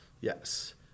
Yes